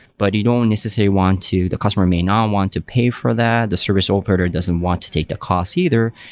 but you don't necessary want to the customer may not and um want to pay for that, the service operator doesn't want to take the costs either,